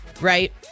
right